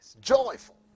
joyful